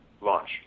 launch